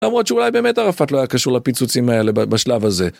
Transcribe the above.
למרות שאולי באמת ערפאת לא היה קשור לפיצוצים האלה בשלב הזה.